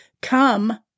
come